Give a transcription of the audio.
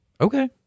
Okay